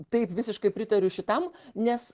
taip visiškai pritariu šitam nes